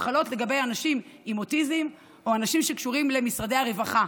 הן חלות לגבי אנשים עם אוטיזם או אנשים שקשורים למשרדי הרווחה,